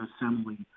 assembly